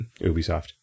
Ubisoft